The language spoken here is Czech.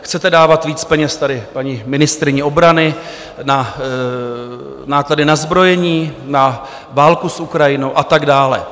Chcete dávat víc peněz tady paní ministryni obrany na náklady na zbrojení, na válku s Ukrajinou a tak dále.